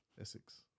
Essex